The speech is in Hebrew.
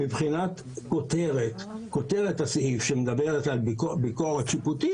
מבחינת כותרת הסעיף שמדברת על ביקורת שיפוטית,